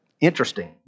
Interesting